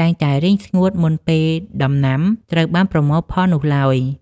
តែងតែរីងស្ងួតមុនពេលដំណាំត្រូវបានប្រមូលផលនោះឡើយ។